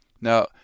Now